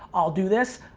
i'll do this.